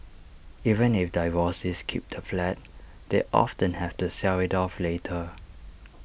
even if divorcees keep the flat they often have to sell IT off later